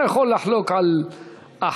אתה יכול לחלוק על החלטה,